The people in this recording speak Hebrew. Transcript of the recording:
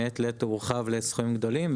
מעת לעת הוא הורחב לסכומים גדולים,